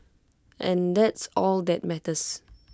and that's all that matters